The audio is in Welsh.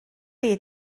chi